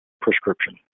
prescription